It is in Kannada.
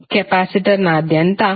ಕೆಪಾಸಿಟರ್ನಾದ್ಯಂತcapacitor